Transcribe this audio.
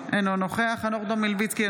אינו נוכח חנוך דב מלביצקי,